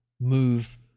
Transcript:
move